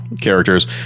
characters